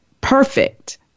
perfect